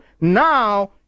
now